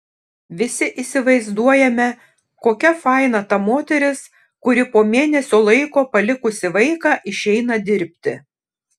visi įsivaizduojame kokia faina ta moteris kuri po mėnesio laiko palikusi vaiką išeina dirbti